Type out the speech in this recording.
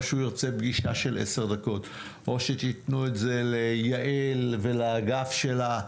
שהוא ירצה פגישה של עשר דקות או שתיתנו את זה ליעל ולאגף שלה,